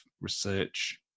research